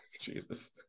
Jesus